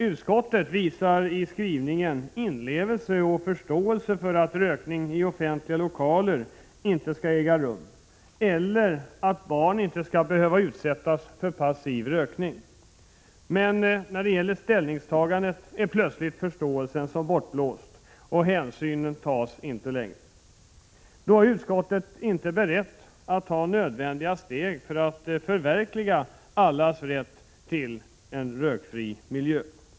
Utskottet visar i skrivningen inlevelse och förståelse för att rökning i offentliga lokaler inte skall ske eller att barn inte skall behöva utsättas för passiv rökning, men när det gäller ställningstagandet är plötsligt förståelsen och hänsynen som bortblåst. Då är utskottet inte berett att ta nödvändiga steg för att förverkliga allas rätt till en rökfri miljö.